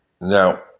Now